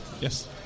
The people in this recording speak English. Yes